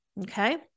Okay